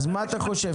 אז מה אתה חושב?